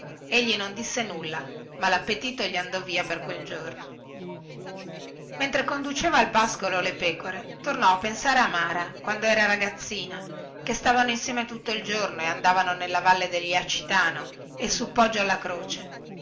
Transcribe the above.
egli non disse nulla ma lappetito gli andò via per quel giorno mentre conduceva al pascolo le pecore tornò a pensare a mara quando era ragazzina che stavano insieme tutto il giorno e andavano nella valle del jacitano e sul poggio alla croce